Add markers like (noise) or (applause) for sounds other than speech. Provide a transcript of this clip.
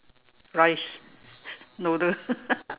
rice noodle (laughs)